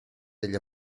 degli